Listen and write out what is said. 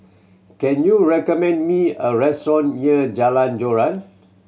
can you recommend me a restaurant near Jalan Joran